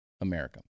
America